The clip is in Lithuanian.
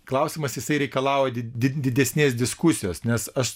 klausimas jisai reikalauja di didesnės diskusijos nes aš